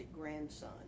grandson